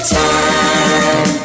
time